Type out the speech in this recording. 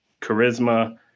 charisma